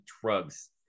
drugs